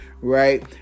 right